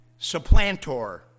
supplantor